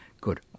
Good